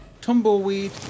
Tumbleweed